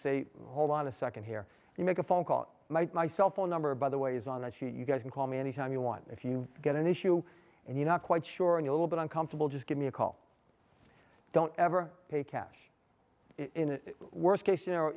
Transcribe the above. say hold on a second here you make a phone call might my cell phone number by the way is on that you guys can call me anytime you want if you get an issue and you're not quite sure and little bit uncomfortable just give me a call don't ever pay cash in a worse case you know